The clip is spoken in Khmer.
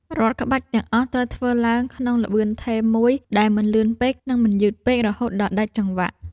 រាល់ក្បាច់ទាំងអស់ត្រូវធ្វើឡើងក្នុងល្បឿនថេរមួយ ដែលមិនលឿនពេក និងមិនយឺតពេក រហូតដល់ដាច់ចង្វាក់។